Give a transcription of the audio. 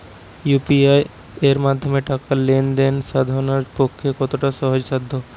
UPI এর মাধ্যমে টাকা লেন দেন সাধারনদের পক্ষে কতটা সহজসাধ্য?